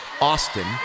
Austin